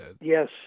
yes